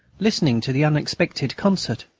listening to the unexpected concert.